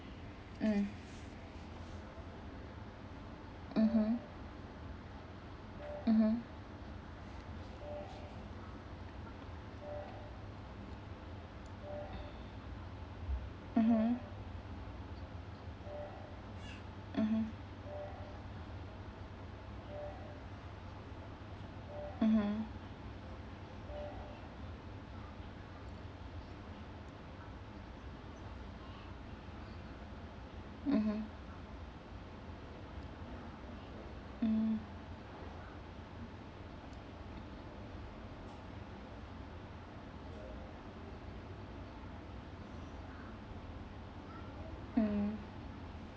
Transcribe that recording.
mm mmhmm mmhmm mmhmm mmhmm mmhmm mmhmm mm mm